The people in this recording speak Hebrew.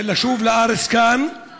רוצח, לשוב לכאן, לארץ.